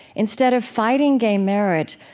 instead of fighting gay marriage,